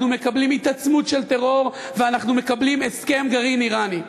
אנחנו מקבלים התעצמות של טרור ואנחנו מקבלים הסכם גרעין איראני.